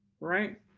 right